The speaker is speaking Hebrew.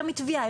יותר מטביעה,